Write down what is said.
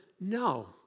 no